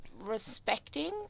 respecting